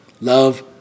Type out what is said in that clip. love